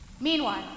Meanwhile